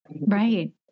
Right